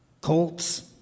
colts